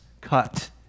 cut